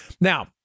Now